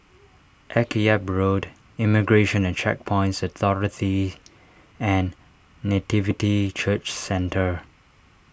Akyab Road Immigration and Checkpoints Authority and Nativity Church Centre